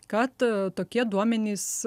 kad tokie duomenys